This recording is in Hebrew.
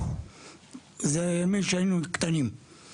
והביטוח הלאומי עולה כסף;